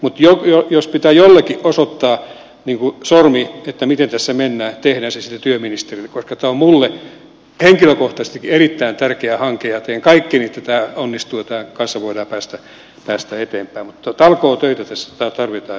mutta jos pitää jollekin osoittaa sormi miten tässä mennään tehdään se sitten työministeriölle koska tämä on minulle henkilökohtaisesti erittäin tärkeä hanke ja teen kaikkeni että tämä onnistuu ja tämän kanssa voidaan päästä eteenpäin mutta talkootöitä tässä tarvitaan yhteiskunnassa